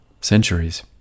centuries